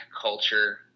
culture